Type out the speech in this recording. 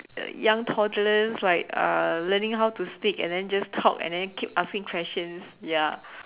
the young toddlers like uh learning how to speak and then just talk and then keep asking questions ya